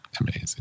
Amazing